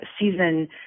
season